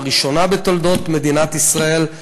לראשונה בתולדות מדינת ישראל,